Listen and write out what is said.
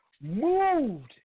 Moved